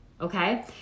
okay